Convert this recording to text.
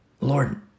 Lord